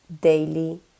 daily